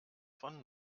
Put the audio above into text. von